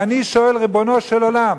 ואני שואל: ריבונו של עולם,